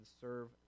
serve